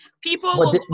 people